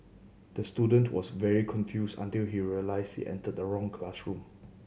the student was very confused until he realised he entered the wrong classroom